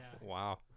Wow